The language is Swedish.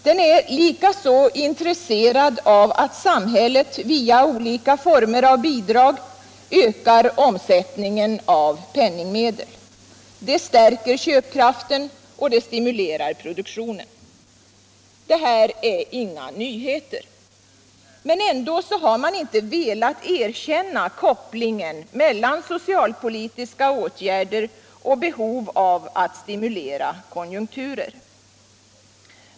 Den är likaså intresserad av att samhället via olika former av bidrag ökar omsättningen av penningmedel. Det stärker köpkraften och stimulerar produktionen. Detta är inga nyheter. Men ändå har man inte velat erkänna kopplingen mellan socialpolitiska åtgärder och behov av att stimulera konjunkturer.